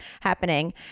happening